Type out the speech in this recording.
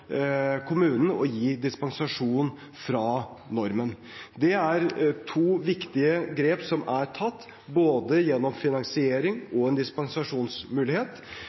er to viktige grep som er tatt, gjennom både finansiering og en dispensasjonsmulighet.